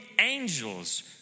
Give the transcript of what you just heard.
angels